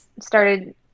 started